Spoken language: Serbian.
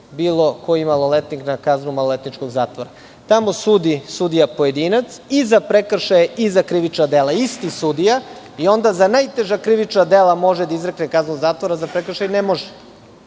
bilo koji maloletnik na kaznu maloletničkog zatvora. Tamo sudi sudija pojedinac i za prekršaje i za krivična dela, isti sudija, i onda za najteža krivična dela može da izrekne kaznu zatvora, a za prekršaj ne može. Molim